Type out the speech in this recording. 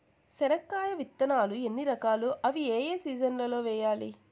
చెనక్కాయ విత్తనాలు ఎన్ని రకాలు? అవి ఏ ఏ సీజన్లలో వేయాలి?